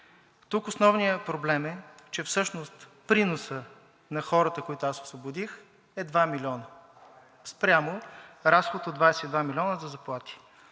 Тук основният проблем е, че всъщност приноса на хората, които аз освободих, е 2 млн. лв. спрямо разход от 22 млн. лв. за заплати.